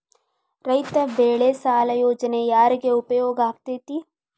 ರೈತ ಬೆಳೆ ಸಾಲ ಯೋಜನೆ ಯಾರಿಗೆ ಉಪಯೋಗ ಆಕ್ಕೆತಿ?